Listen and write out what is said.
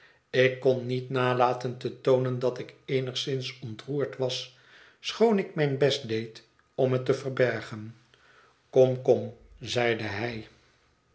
ik kon niet nalaten te toonen dat ik eenigszins ontroerd was schoon ik mijn best deed om het te verbergen kom kom zeide hij